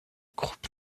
groupe